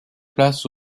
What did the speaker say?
place